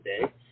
today